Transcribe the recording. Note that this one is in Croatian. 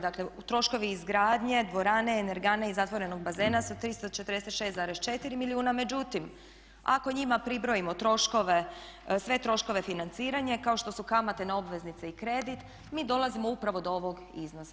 Dakle troškovi izgradnje dvorane, energane i zatvorenog bazena su 346,4 milijuna međutim ako njima pribrojimo sve troškove financiranja kao što su kamate na obveznice i kredit mi dolazimo upravo do ovog iznosa.